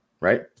right